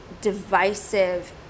divisive